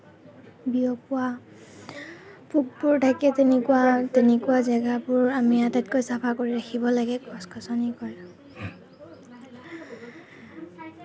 বিয়পোৱা পোকবোৰ থাকে তেনেকুৱা তেনেকুৱা জাগাবোৰ আমি আটাইতকৈ চাফা কৰি ৰাখিব লাগে গছ গছনি